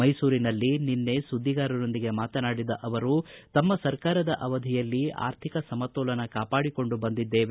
ಮೈಸೂರಿನಲ್ಲಿ ನಿನ್ನೆ ಸುದ್ದಿಗಾರರೊಂದಿಗೆ ಮಾತನಾಡಿದ ಸಿದ್ದರಾಮಯ್ಯ ತಮ್ಮ ಸರ್ಕಾರದ ಅವಧಿಯಲ್ಲಿ ಆರ್ಥಿಕ ಸಮತೋಲನ ಕಾಪಾಡಿಕೊಂಡು ಬಂದಿದ್ದೇವೆ